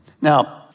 Now